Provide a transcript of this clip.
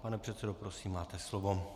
Pane předsedo, prosím, máte slovo.